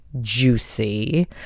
Juicy